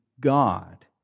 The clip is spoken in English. God